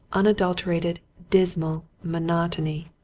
unadulterated, dismal monotony.